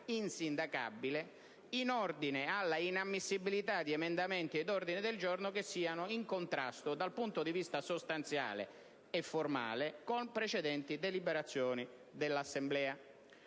insindacabile in ordine alla inammissibilità di emendamenti e di ordini del giorno in contrasto dal punto di vista sostanziale e formale con precedenti deliberazioni dell'Assemblea.